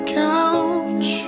couch